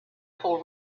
pull